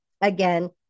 again